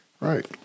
right